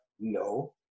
no